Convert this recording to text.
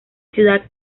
ciudad